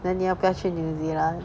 then 你要不要去 new zealand